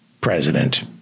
president